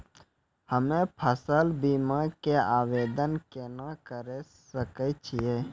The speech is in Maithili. हम्मे फसल बीमा के आवदेन केना करे सकय छियै?